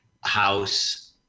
house